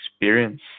experience